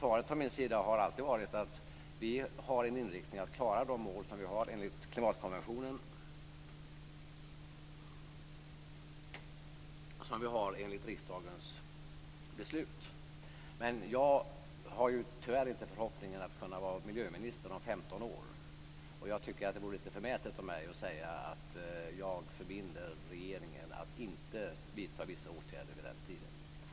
Svaret från min sida har alltid varit att vi har inriktningen att klara våra mål enligt klimatkonventionen och enligt riksdagens beslut. Jag har tyvärr inte förhoppningen att kunna vara miljöminister om 15 år. Jag tycker att det vore lite förmätet av mig att säga att jag förbinder regeringen att inte vidta vissa åtgärder vid den tiden.